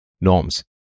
norms